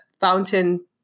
fountain